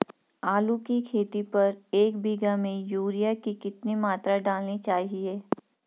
आलू की खेती पर एक बीघा में यूरिया की कितनी मात्रा डालनी चाहिए?